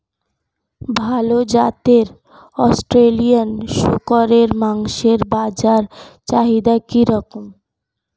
ভাল জাতের অস্ট্রেলিয়ান শূকরের মাংসের বাজার চাহিদা কি রকম?